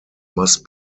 must